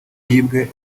yibwe